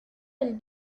del